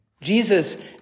Jesus